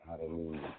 Hallelujah